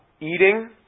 eating